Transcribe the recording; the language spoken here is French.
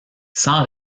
sans